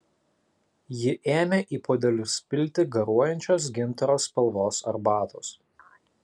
ji ėmė į puodelius pilti garuojančios gintaro spalvos arbatos